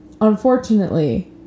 Unfortunately